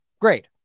Great